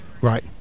Right